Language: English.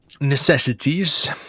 necessities